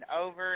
over